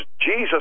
Jesus